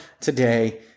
today